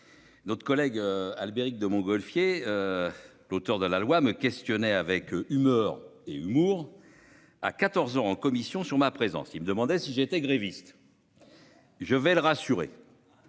Notre collègue Albéric de Montgolfier. L'auteur de la loi me questionnait avec humeur et humour à 14h en commission sur ma présence qui me demandait si j'étais gréviste. Je vais le rassurer.